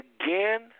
again